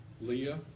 Leah